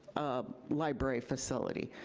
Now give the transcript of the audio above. a library facility.